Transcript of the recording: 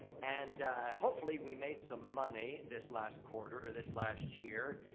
and hopefully, we made some money this last quarter or this last year.